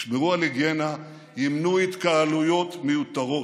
ישמרו על היגיינה, ימנעו התקהלויות מיותרות.